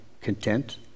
content